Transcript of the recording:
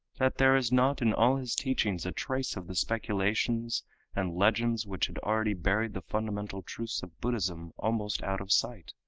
that there is not in all his teachings a trace of the speculations and legends which had already buried the fundamental truths of buddhism almost out of sight?